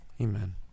amen